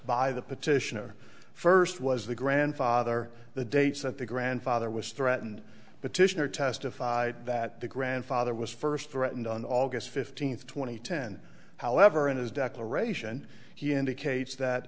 by the petitioner first was the grandfather the dates that the grandfather was threatened petitioner testified that the grandfather was first threatened on august fifteenth two thousand and ten however in his declaration he indicates that